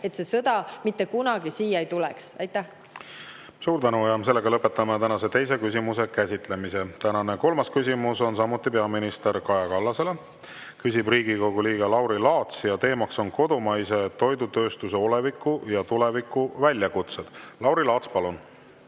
et see sõda siia mitte kunagi ei tuleks. Suur tänu! Lõpetame tänase teise küsimuse käsitlemise. Tänane kolmas küsimus on samuti peaminister Kaja Kallasele, küsib Riigikogu liige Lauri Laats ja teema on kodumaise toidutööstuse oleviku ja tuleviku väljakutsed. Lauri Laats, palun!